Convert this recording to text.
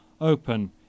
open